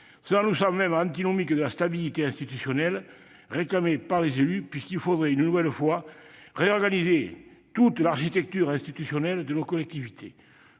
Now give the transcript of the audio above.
Cela nous semble même antinomique avec la stabilité institutionnelle réclamée par les élus, puisqu'il faudrait une nouvelle fois réorganiser toute l'architecture institutionnelle de nos collectivités.